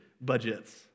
budgets